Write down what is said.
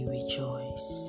rejoice